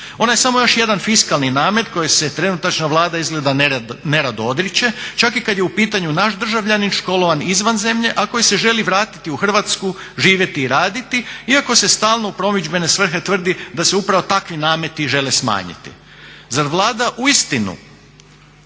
Ona je samo još jedan fiskalni namet kojeg se trenutačna Vlada izgleda nerado odriče, čak i kad je u pitanju naš državljanin školovan izvan zemlje, a koji se želi vratiti u Hrvatsku, živjeti i raditi, iako se stalno u promidžbene svrhe tvrdi da se upravo takvi nameti žele smanjiti. Zar Vlada uistinu